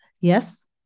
Yes